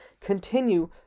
continue